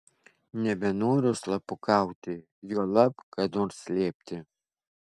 nebenoriu slapukauti juolab ką nors slėpti